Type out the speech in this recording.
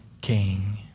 king